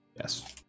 Yes